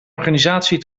organisatie